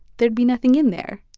there'd be nothing in there.